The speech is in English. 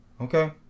Okay